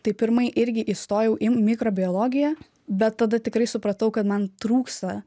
tai pirmai irgi įstojau į mikrobiologiją bet tada tikrai supratau kad man trūksta